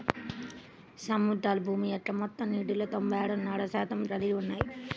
సముద్రాలు భూమి యొక్క మొత్తం నీటిలో తొంభై ఆరున్నర శాతం కలిగి ఉన్నాయి